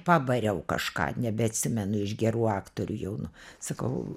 pabariau kažką nebeatsimenu iš gerų aktorių jaunų sakau